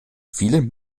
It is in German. vielen